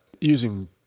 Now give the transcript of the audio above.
using